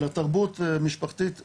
אלא תרבות משפחתית מנוכרת.